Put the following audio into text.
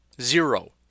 Zero